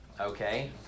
okay